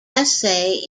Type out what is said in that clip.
essay